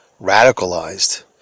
Radicalized